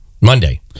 Monday